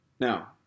Now